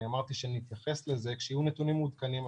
אמרתי שנתייחס לזה כשיהיו נתונים מעודכנים.